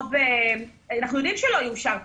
שבקרוב אנחנו יודעים שלא יאושר תקציב,